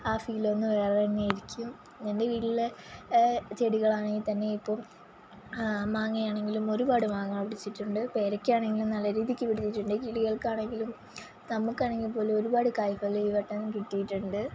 ആ ഫീലൊന്ന് വേറെ തന്നെയായിരിക്കും എൻ്റെ വീട്ടിലെ ചെടികളാണെങ്കില് തന്നെയും ഇപ്പോള് മാങ്ങയാണെങ്കിലും ഒരുപാട് മാങ്ങാ പിടിച്ചിട്ടുണ്ട് പേരക്കയാണെങ്കിലും നല്ല രീതിക്ക് പിടിച്ചിട്ടുണ്ട് കിളികൾക്കാണെങ്കിലും നമുക്കാണെങ്കില് പോലും ഒരുപാട് കായ്കള് ഈ വട്ടം കിട്ടിയിട്ടുണ്ട്